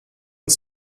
uns